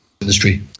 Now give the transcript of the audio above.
industry